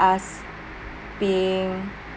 us being